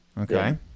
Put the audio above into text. Okay